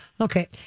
okay